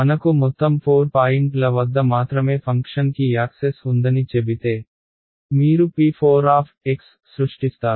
మనకు మొత్తం 4 పాయింట్ల వద్ద మాత్రమే ఫంక్షన్కి యాక్సెస్ ఉందని చెబితే మీరు p4 సృష్టిస్తారు